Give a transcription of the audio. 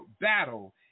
battle